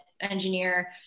engineer